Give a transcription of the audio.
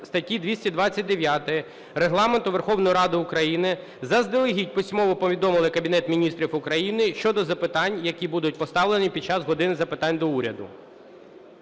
статті 229 Регламенту Верховної Ради України, заздалегідь письмово повідомили Кабінет Міністрів України щодо запитань, які будуть поставлені під час "години запитань до Уряду".